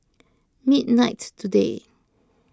midnight today